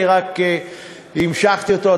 אני רק המשכתי אותו.